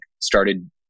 started